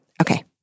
Okay